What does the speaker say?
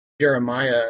Jeremiah